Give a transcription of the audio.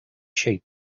sheep